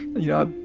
you know,